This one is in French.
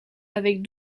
avec